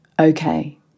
okay